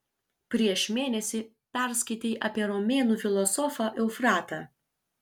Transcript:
prieš mėnesį perskaitei apie romėnų filosofą eufratą